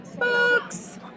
Books